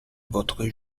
votre